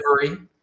delivery